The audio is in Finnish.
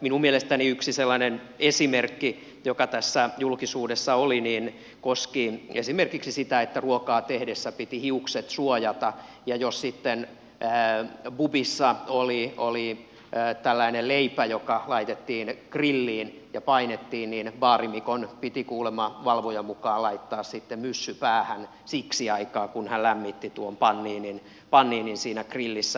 minun mielestäni yksi sellainen esimerkki joka tässä julkisuudessa oli koski esimerkiksi sitä että ruokaa tehdessä piti hiukset suojata ja jos sitten pubissa oli tällainen leipä joka laitettiin grilliin ja painettiin niin baarimikon piti kuulemma valvojan mukaan laittaa sitten myssy päähän siksi aikaa kun hän lämmitti tuon paninin siinä grillissä